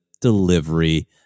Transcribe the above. delivery